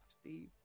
Steve